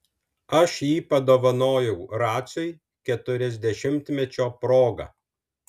aš jį padovanojau raciui keturiasdešimtmečio proga